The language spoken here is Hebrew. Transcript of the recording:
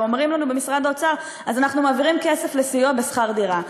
אומרים לנו במשרד האוצר: אז אנחנו מעבירים כסף לסיוע בשכר דירה.